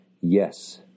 yes